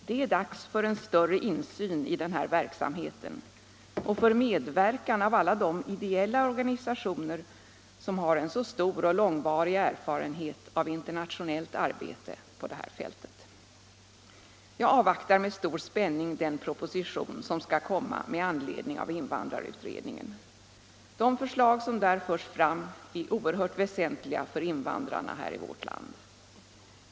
Det är dags för en större insyn i denna verksamhet och för medverkan av alla de ideella organisationer som har en så stor och långvarig erfarenhet av internationellt arbete på det här fältet. Jag avvaktar med stor spänning den proposition som skall komma med anledning av invandrarutredningen. De förslag som där förs fram är oerhört väsentliga för invandrarna här i vårt land.